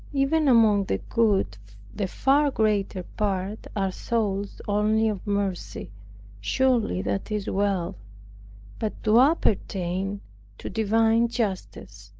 even among the good the far greater part are souls only of mercy surely that is well but to appertain to divine justice,